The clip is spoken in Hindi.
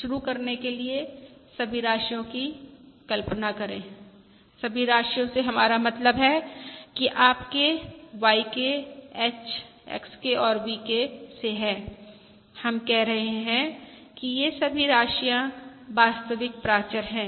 शुरू करने के लिए सभी राशियोँ की कल्पना करे सभी राशियोँ से हमारा मतलब है कि आपके YK h XK और VK से हैं हम कह रहे हैं कि ये सभी राशियाँ वास्तविक प्राचर हैं